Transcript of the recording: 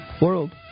world